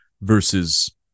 versus